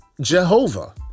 Jehovah